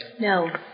no